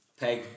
Peg